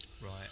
Right